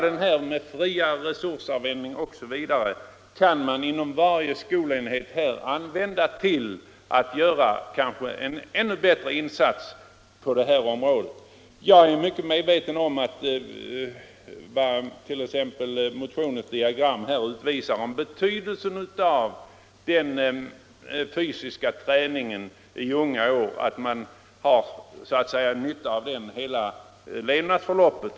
Detta med friare resursanvändning osv. kan man | inom varje skolenhet använda för att göra en ännu bättre insats. Jag är väl medveten om det som diagrammet i motionen utvisar, nämligen att man har nytta av fysisk träning i unga år under hela levnadsförloppet.